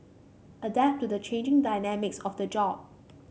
adapt to the changing dynamics of the job